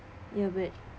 ya but